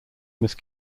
must